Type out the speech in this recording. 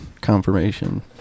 confirmation